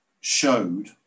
showed